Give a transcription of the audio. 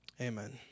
Amen